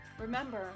Remember